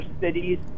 cities